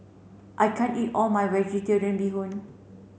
I can't eat all my vegetarian bee hoon